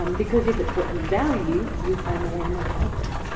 um because if it's what you value, you'll find a way to make it happen,